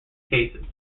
cases